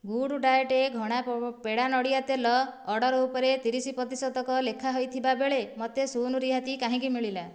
good diet ଘଣା ପେଡ଼ା ନଡ଼ିଆ ତେଲ ଅର୍ଡ଼ର୍ ଉପରେ ତିରିଶ ପ୍ରତିଶତ ଲେଖା ଥିବାବେଳେ ମୋତେ ଶୂନ ରିହାତି କାହିଁକି ମିଳିଲା